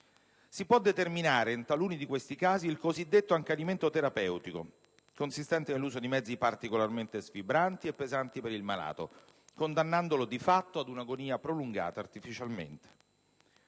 Si può determinare, in taluni di questi casi, il cosiddetto accanimento terapeutico, consistente nell'uso di mezzi particolarmente sfibranti e pesanti per il malato, condannandolo di fatto ad un'agonia prolungata artificialmente.